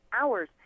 hours